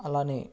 అలాగే